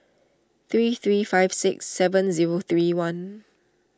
three three five six seven zero three one